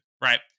right